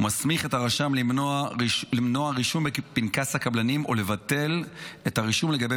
ומסמיך את הרשם למנוע רישום בפנקס הקבלנים או לבטל את הרישום לגבי